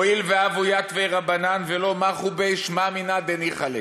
הואיל והוו יתבי רבנן ולא מחו ביה שמע מינה קא ניחא להו.